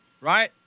Right